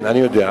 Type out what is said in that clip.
כן, אני יודע.